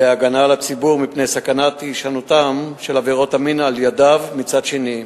והגנה על הציבור מפני סכנת הישנותן של עבירות המין על-ידיו מצד שני.